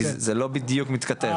כי זה לא בדיוק מתכתב.